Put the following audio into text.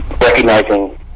recognizing